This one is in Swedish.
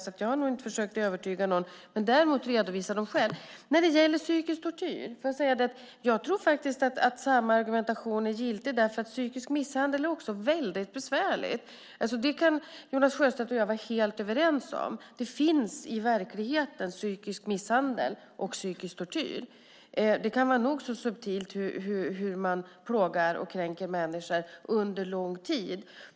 Så jag har nog inte försökt övertyga någon, däremot redovisa dessa skäl. När det gäller psykisk tortyr får jag säga att jag faktiskt tror att samma argumentation är giltig, därför att psykisk misshandel också är väldigt besvärligt att utreda. Det kan Jonas Sjöstedt och jag vara helt överens om. Det finns i verkligheten psykisk misshandel och psykisk tortyr. Det kan vara nog så subtilt hur man plågar och kränker människor under lång tid.